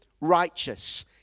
righteous